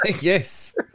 Yes